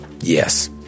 Yes